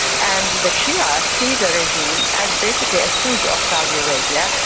and the shia see the regime as basically a stooge of saudi arabia.